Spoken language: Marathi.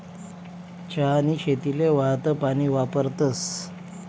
चहानी शेतीले वाहतं पानी वापरतस